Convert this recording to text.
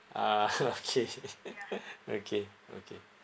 ah okay okay okay